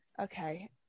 okay